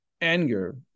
anger